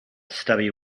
stubby